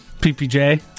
PPJ